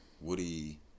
Woody